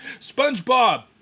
SpongeBob